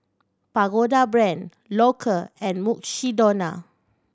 Pagoda Brand Loacker and Mukshidonna